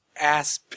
ass